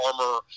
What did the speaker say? armor